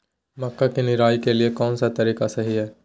मक्का के निराई के लिए कौन सा तरीका सही है?